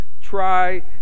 try